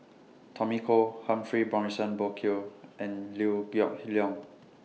Tommy Koh Humphrey Morrison Burkill and Liew Geok Leong